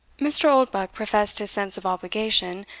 mr. oldbuck professed his sense of obligation,